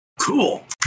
Cool